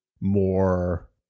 more